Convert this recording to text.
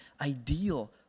ideal